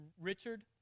Richard